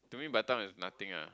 to me Batam is nothing ah